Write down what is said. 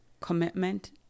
commitment